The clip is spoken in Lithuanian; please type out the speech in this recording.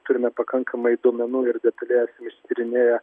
turime pakankamai duomenų ir detaliai esam išsityrinėję